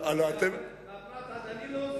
מהפרת עד הנילוס?